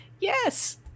yes